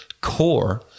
core